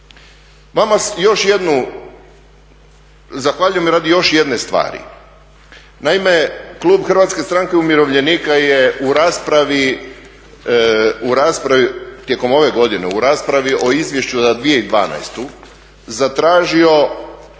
Vama zahvaljujem radi još jedne stvari, naime, klub HSU-a je u raspravi tijekom ove godine u raspravi o izvješću za 2012. zatražio